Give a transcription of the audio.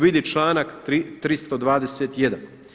Vidi članak 321.